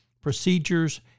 procedures